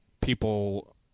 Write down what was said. people